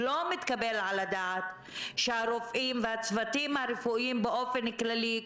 לא מתקבל על הדעת שהרופאים והצוותים הרפואיים באופן כללי,